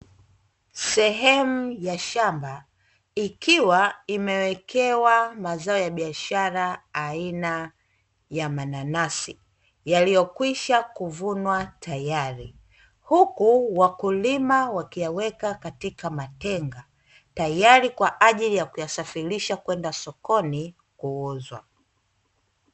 Sehemu ya shamba ikiwa imewekewe mazao ya biashara aina ya mananasi yaliyokwisha kuvunwa tayari, huku wakulima wakiyaweka katika mahenga tayari kwaajili ya kuyasafirisha kwenda masokoni kuuzwa.